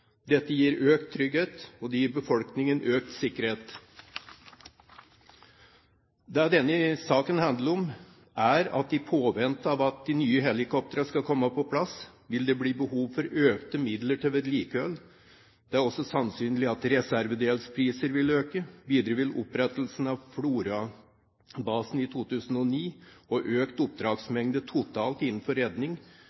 Dette gir økt trygghet, og det gir befolkningen økt sikkerhet. Det denne saken handler om, er at i påvente av at de nye helikoptrene skal komme på plass, vil det bli behov for økte midler til vedlikehold. Det er også sannsynlig at reservedelspriser vil øke. Videre vil opprettelsen av Florø-basen i 2009 og økt